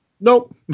Nope